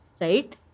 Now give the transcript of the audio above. right